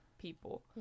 people